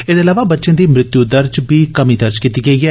एहदे इलावा बच्चे दी मृत्यु दर च बी कमीं दर्ज कीती गेई ऐ